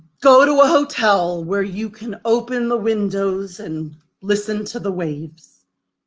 go to a hotel, where you can open the windows and listen to the waves.